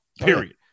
period